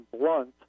blunt